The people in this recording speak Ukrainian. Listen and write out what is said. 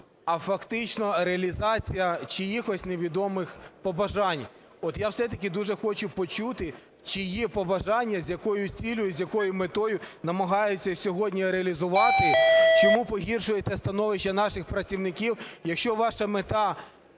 а фактично реалізація чиїхось невідомих побажань. От я все-таки дуже хочу почути, чиї побажання, з якою ціллю і з якою метою намагаєтесь сьогодні реалізувати, чому погіршуєте становище наших працівників. Якщо ваша мета